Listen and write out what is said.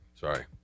Sorry